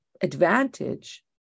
advantage